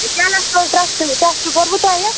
cholesterol ٹرٛشٹہٕ ٹیٚسٹہٕ کوٚروٕ تۄہہِ